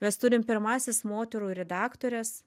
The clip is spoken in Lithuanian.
mes turim pirmąsias moterų redaktores